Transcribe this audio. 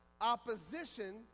opposition